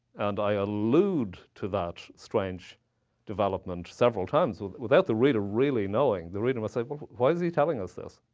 and i allude to that strange development several times without the reader really knowing the reader might say, why is he telling us this?